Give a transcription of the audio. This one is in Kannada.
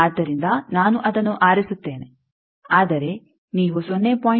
ಆದ್ದರಿಂದ ನಾನು ಅದನ್ನು ಆರಿಸುತ್ತೇನೆ ಆದರೆ ನೀವು 0